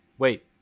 Wait